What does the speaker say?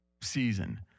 season